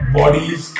bodies